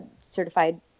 certified